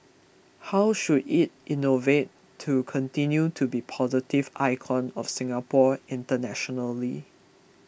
how should it innovate to continue to be a positive icon of Singapore internationally